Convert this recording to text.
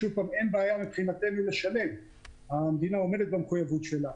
אין בעיה מבחינתנו לשלם והמדינה עומדת במחויבות שלה.